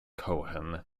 cohen